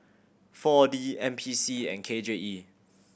Four D N P C and K J E